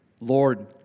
Lord